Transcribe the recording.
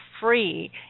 free